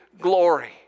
glory